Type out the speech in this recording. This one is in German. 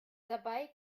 dabei